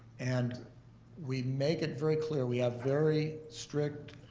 and we make it very clear. we have very strict